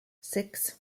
six